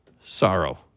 sorrow